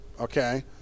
okay